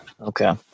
okay